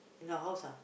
in our house ah